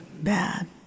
bad